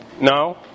no